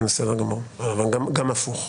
גם הפוך.